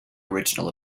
original